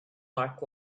mark